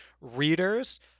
readers